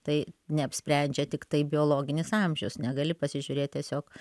tai neapsprendžia tiktai biologinis amžius negali pasižiūrėt tiesiog